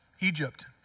Egypt